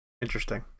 Interesting